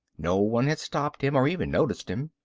no one had stopped him or even noticed him.